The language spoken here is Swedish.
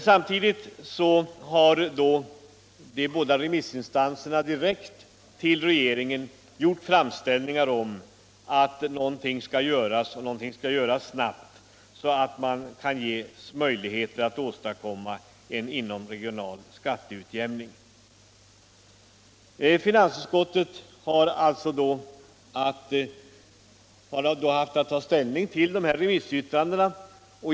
Samtidigt har de båda remissinstanserna direkt till regeringen gjort framställningar om åtgärder för att skapa möjligheter för en inomregional skatteutjämning. Finansutskottet har haft att ta ställning till remissyttrandena.